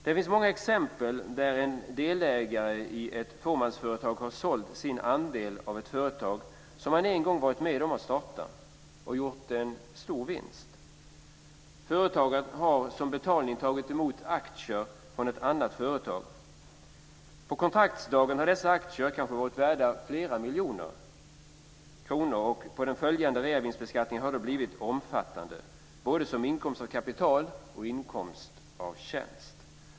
Det finns många exempel där en delägare i ett fåmansföretag har sålt sin andel av ett företag som han en gång varit med att starta och gjort en stor vinst. Företagaren har som betalning tagit emot aktier från ett annat företag. På kontraktsdagen har dessa aktier kanske varit värda flera miljoner kronor. Den påföljande reavinstskatten har blivit omfattande, både som inkomst av kapital och som inkomst av tjänst.